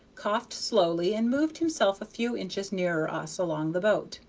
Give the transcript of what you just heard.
coughed slowly, and moved himself a few inches nearer us, along the boat.